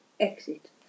exit